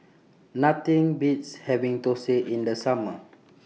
Nothing Beats having Thosai in The Summer